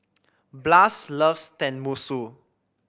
Blas loves Tenmusu